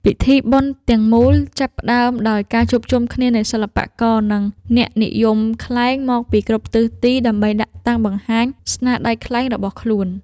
ពិធីបុណ្យទាំងមូលចាប់ផ្ដើមដោយការជួបជុំគ្នានៃសិប្បករ និងអ្នកនិយមខ្លែងមកពីគ្រប់ទិសទី ដើម្បីដាក់តាំងបង្ហាញស្នាដៃខ្លែងរបស់ខ្លួន។